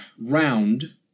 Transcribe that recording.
round